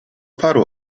paru